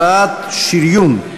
הוראת שריון),